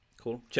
Cool